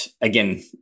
again